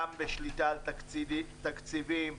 גם בשליטה על תקציבים,